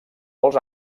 molts